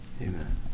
Amen